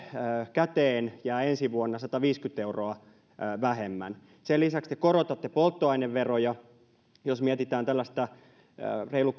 käteen jää ensi vuonna sataviisikymmentä euroa vähemmän ja sen lisäksi te korotatte polttoaineveroja jos mietitään reilu